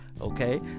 Okay